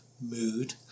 mood